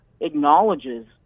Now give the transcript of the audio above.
acknowledges